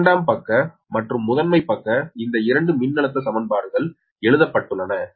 எனவே இரண்டாம் பக்க மற்றும் முதன்மை பக்க இந்த இரண்டு மின்னழுத்த சமன்பாடுகள் எழுதப்பட்டுள்ளன